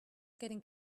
getting